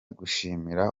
gushimira